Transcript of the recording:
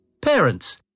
Parents